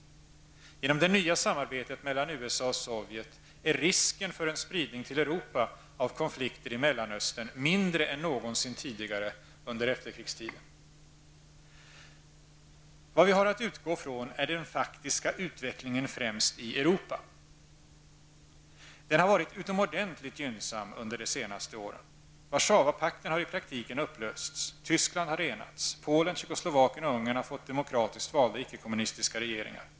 Genom det nya samarbetet mellan USA och Sovjet är risken för en spridning till Europa av konflikter i Mellanöstern mindre än någonsin tidigare under efterkrigstiden. Vad vi har att utgå från är den faktiska utvecklingen främst i Europa. Den har varit utomordentligt gynnsam under de senaste åren. Warszawapakten har i praktiken upplösts. Tyskland har enats. Polen, Tjeckoslovakien och Ungern har fått demokratiskt valda icke-kommunistiska regeringar.